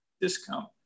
discount